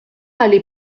aller